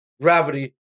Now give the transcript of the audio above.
gravity